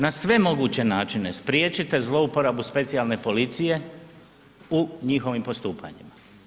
Nadalje, na sve moguće načine spriječite zlouporabu specijalne policije u njihovim postupanjima.